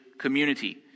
community